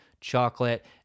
chocolate